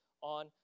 on